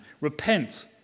Repent